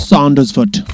Saundersfoot